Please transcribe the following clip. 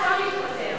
אז הדירות היו בזול.